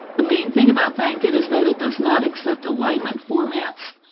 the main thing about bankit is that it does not accept alignment formats,